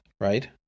right